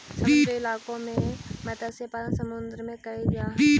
समुद्री इलाकों में मत्स्य पालन समुद्र में करल जा हई